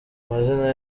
amazina